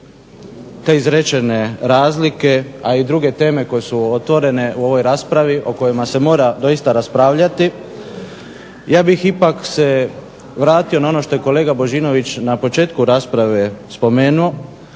te izrečene razlike a i druge teme koje su otvorene u ovoj raspravi u kojima se mora doista raspravljati, ja bih ipak se vratio na ono što je kolega Božinović na početku rasprave spomenuo